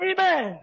Amen